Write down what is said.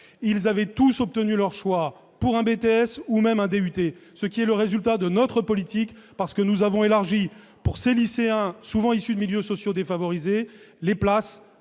Ils avaient tous obtenu leur choix pour un BTS, ou même un DUT. C'est le résultat de notre politique, parce que nous avons élargi pour ces lycéens souvent issus de milieux sociaux défavorisés le nombre